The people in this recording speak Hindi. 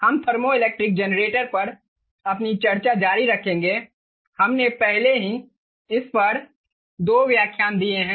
हम थर्मोइलेक्ट्रिक जनरेटर पर अपनी चर्चा जारी रखेंगे हमने पहले ही इस पर 2 व्याख्यान दिए हैं